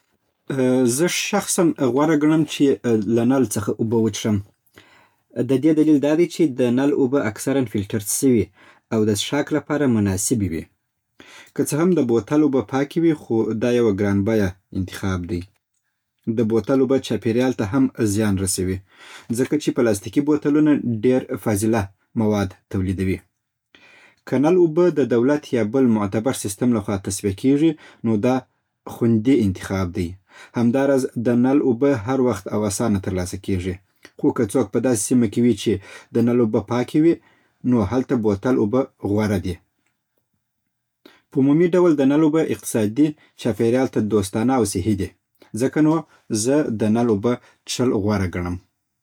"زه شخصاً غوره ګڼم چې له نل څخه اوبه وڅشم. د دې دليل دا دی چې د نل اوبه اکثراً فلټر سوی او د څشاک لپاره مناسبې وي. که څه هم د بوتل اوبه پاکې وي، خو دا يوه ګران بيه انتخاب دی. د بوتل اوبه چاپېريال ته هم زيان رسوي، ځکه چې پلاستيکي بوتلونه ډېر فاضله مواد توليدوي. که نل اوبه د دولت يا بل معتبر سيستم له خوا تصفيه کېژي، نو دا خوندي انتخاب دی. همداراز، د نل اوبه هر وخت او اسانه تر لاسه کېژي. خو که څوک په داسې سيمه کې وي چې د نل اوبه پاکې وي، نو هلته بوتل اوبه غوره دي. په عمومي ډول، د نل اوبه اقتصادي، چاپېريال ته دوستانه او صحي دي. ځکه نو، زه د نل اوبو څشل غوره ګڼم"